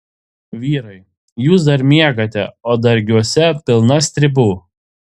vyrai jūs dar miegate o dargiuose pilna stribų